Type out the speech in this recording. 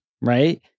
right